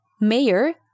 Mayor